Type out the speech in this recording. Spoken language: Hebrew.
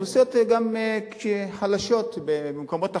גם אוכלוסיות חלשות במקומות אחרים,